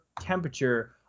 temperature